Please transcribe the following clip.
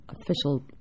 official